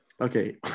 Okay